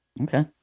okay